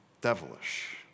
Devilish